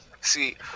See